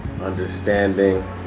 understanding